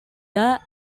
that